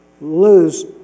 lose